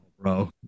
bro